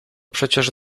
przecież